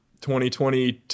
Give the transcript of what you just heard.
2022